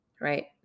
Right